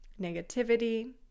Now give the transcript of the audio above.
negativity